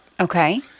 Okay